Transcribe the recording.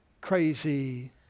crazy